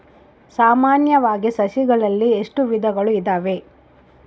ಸಾಮಾನ್ಯವಾಗಿ ಸಸಿಗಳಲ್ಲಿ ಎಷ್ಟು ವಿಧಗಳು ಇದಾವೆ?